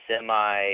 semi –